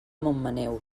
montmaneu